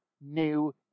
new